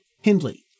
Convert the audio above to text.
Hindley